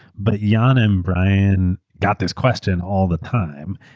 but jan and brian got this question all the time,